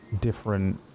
different